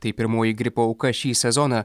tai pirmoji gripo auka šį sezoną